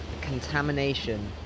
contamination